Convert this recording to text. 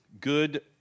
good